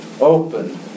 open